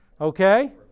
okay